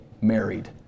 married